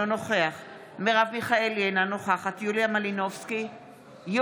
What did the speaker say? אינו נוכח מרב מיכאלי,